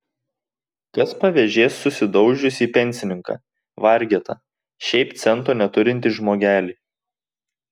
kas pavėžės susidaužiusį pensininką vargetą šiaip cento neturintį žmogelį